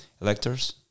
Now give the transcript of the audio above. electors